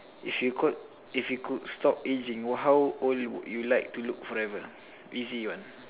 if you could if you could stop ageing how old would like to look forever easy one